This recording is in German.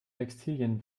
textilien